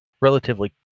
relatively